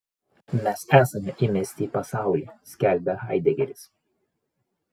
mes esame įmesti į pasaulį skelbia haidegeris